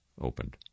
opened